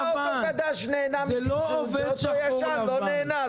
ולמה אוטו חדש נהנה מסבסוד ואוטו ישן לא נהנה?